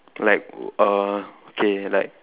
like err okay like